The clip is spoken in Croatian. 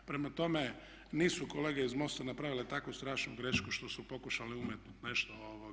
Prema tome nisu kolege iz MOST-a napravile takvu strašnu grešku što su pokušali umetnuti nešto.